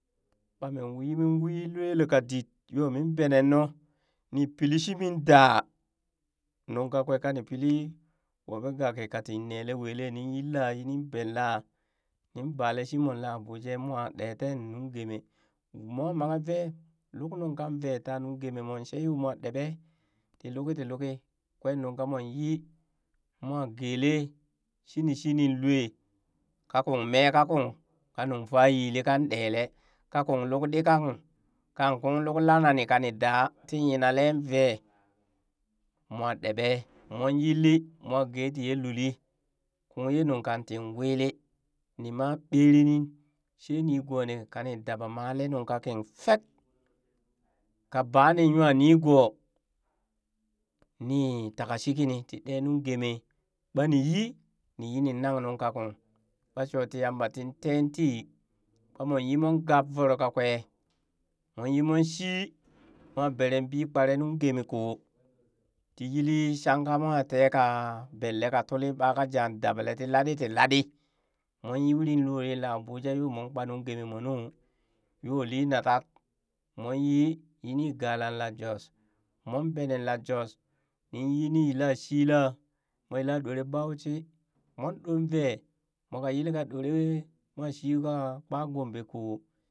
Ɓa min yi min wii yelka dit yo min benen nuu ni pili shimi daa nungka kwee kanii pili wuɓee gakki ka tin neelee welee ni yilla yiniŋ benlaa nin bale shi mo la abuja moo ɗee tee nungeeme mwa manghe vee luk nungkan vee ta nungemee mon shee yoo mwa ɗebee ti luki ti luki kwen nunka min yii moo geelee shinishini lwa ka kung me kakung ka nuŋ faa yili kan ɗelee kakunk luk ɗitkakung kan kung look lana nii kani daa ti yina lee vee moon ɗeɓee mon yilli moo gee tiyee luli kung ye nuŋ kantin wili ni ma ɓeri ni shee nigoonii kani daba malee nunkaking fek, ka banii nyanigoo nii taka shikini ti ɗee nungeemee ɓani yii ni yi ni nuŋ kakung ka shoo ti yamba tin teen tii, ka mon yi mon gap voro kakwe mon yi mon shii moo bereen bii kpere nuŋ gemee ko, tii yilli shanka mwa teka bellee ka tuli ɓaka jah dabalee ti laɗii ti laɗii, moon uri lo yel la abuja yoo mon kpat nungeemee nu yoo lee natat mon yi ni gala la jos moon bene la jos ni yini yila shila, mwa yila dore bauchi mon ɗon vee, moka yilkaa ɗore mwa shi ka kpa gombe koo.